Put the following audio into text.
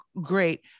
great